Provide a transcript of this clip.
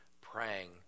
praying